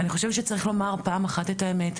אני חושבת שצריך לומר פעם אחת את האמת.